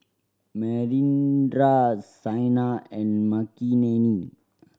Manindra Saina and Makineni